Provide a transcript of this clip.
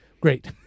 great